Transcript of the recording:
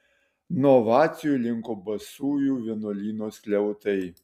nuo ovacijų linko basųjų vienuolyno skliautai